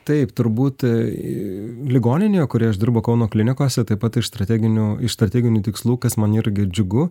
taip turbūt ligoninėje kurioje aš dirbu kauno klinikose taip pat iš strateginių iš strateginių tikslų kas man irgi džiugu